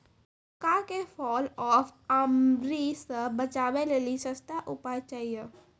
मक्का के fall of army से बचाबै लेली सस्ता उपाय चाहिए?